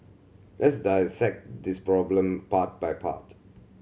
let's dissect this problem part by part